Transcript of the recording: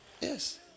Yes